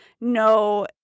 no